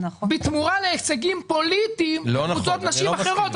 בתמורה להישגים פוליטיים קבוצות נשים אחרות --- זה לא נכון.